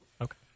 Okay